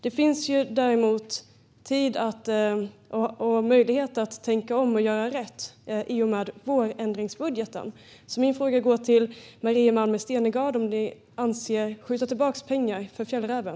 Det finns i och med vårändringsbudgeten tid och möjlighet att tänka om och göra rätt. Min fråga går därför till Maria Malmer Stenergard. Avser ni att skjuta tillbaka pengar till fjällräven?